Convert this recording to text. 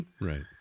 Right